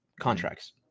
contracts